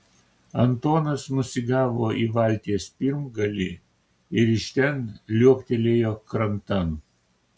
antonas nusigavo į valties pirmgalį ir iš ten liuoktelėjo krantan